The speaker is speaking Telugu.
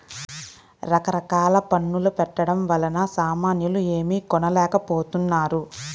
రకరకాల పన్నుల పెట్టడం వలన సామాన్యులు ఏమీ కొనలేకపోతున్నారు